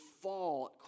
fall